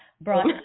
brought